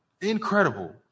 Incredible